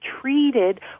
treated